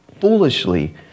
foolishly